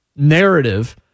narrative